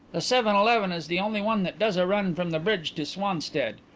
the seven-eleven is the only one that does a run from the bridge to swanstead.